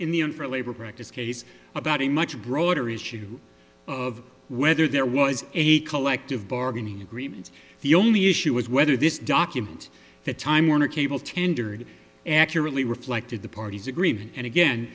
in the in for labor practice case about a much broader issue of whether there was a collective bargaining agreement the only issue was whether this document the time warner cable tendered accurately reflected the party's agreement and again